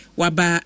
waba